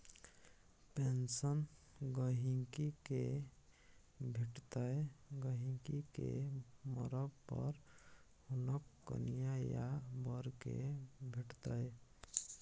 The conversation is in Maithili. पेंशन गहिंकी केँ भेटतै गहिंकी केँ मरब पर हुनक कनियाँ या बर केँ भेटतै